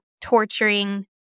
torturing